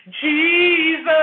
Jesus